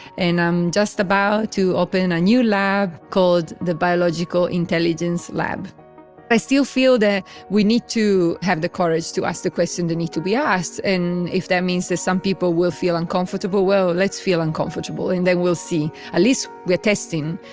and i'm just about to open a new lab, called the biological intelligence lab i still feel that we need to have the courage to ask the questions that need to be asked. and if that means that some people will feel uncomfortable, well, let's feel uncomfortable, and then we'll see. at least we're testing,